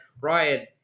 Ryan